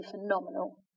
phenomenal